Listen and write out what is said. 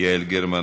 יעל גרמן,